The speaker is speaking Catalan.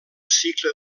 cicle